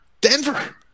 Denver